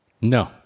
No